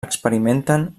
experimenten